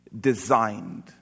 designed